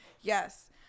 Yes